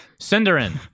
Cinderin